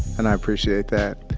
and i appreciate that,